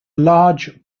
large